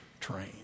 train